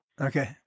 Okay